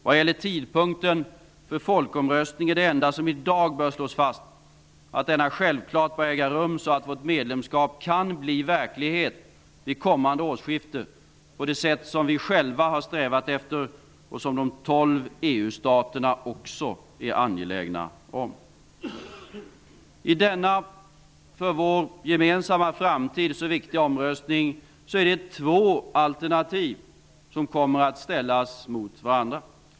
Det enda som i dag bör slås fast vad gäller tidpunkten för folkröstningen är att den självfallet bör äga rum så att vårt medlemskap kan bli verklighet vid kommande årsskifte på det sätt som vi själva har strävat efter och som de tolv EU staterna också är angelägna om. I denna för vår gemensamma framtid så viktiga omröstning är det två alternativ som kommer att ställas mot varandra.